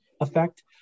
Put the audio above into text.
effect